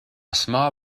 small